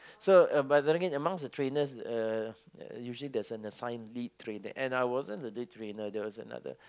so but technically amongst the trainers uh usually there's an assigned lead trainer and I wasn't the lead trainer there was another